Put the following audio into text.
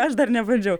aš dar nebandžiau